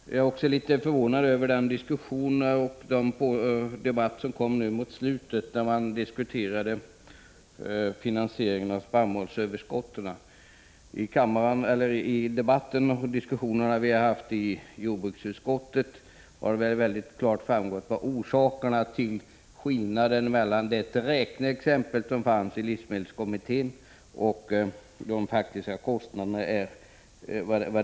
Jag är också litet förvånad över den debatt som kom nu mot slutet, när man diskuterade finansieringen av spannmålsöverskotten. Vid de diskussioner som vi har haft i jordbruksutskottet har väldigt klart framgått vad som förorsakat skillnaden mellan det räkneexempel som fanns i livsmedelskommitténs betänkande och de faktiska kostnaderna.